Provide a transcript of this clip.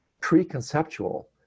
pre-conceptual